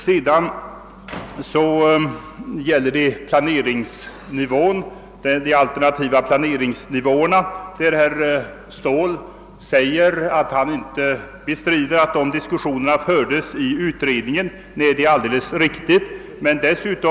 Beträffande de alternativa planeringsnivåerna sade herr Ståhl att han inte ville bestrida att diskussioner om dessa fördes i utredningen. Det är alldeles riktigt att så skedde.